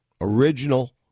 original